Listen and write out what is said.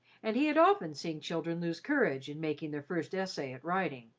and he had often seen children lose courage in making their first essay at riding.